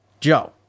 Joe